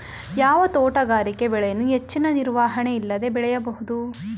ಯಾವ ತೋಟಗಾರಿಕೆ ಬೆಳೆಯನ್ನು ಹೆಚ್ಚಿನ ನಿರ್ವಹಣೆ ಇಲ್ಲದೆ ಬೆಳೆಯಬಹುದು?